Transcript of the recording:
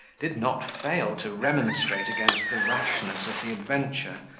did not fail to remonstrate against the rashness of the adventure,